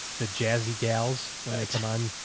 the jazzy gals when it's fun,